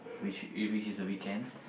which is which is the weekends